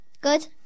Good